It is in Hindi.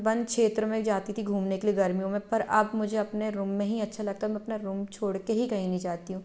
वन क्षेत्र में जाती थी घूमने के लिए गर्मियों में पर अब मुझे अपने रूम में ही अच्छा लगता हम अपना रूम छोड़ के ही कहीं नहीं जाती हूँ